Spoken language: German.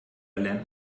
lernt